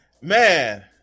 man